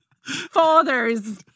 fathers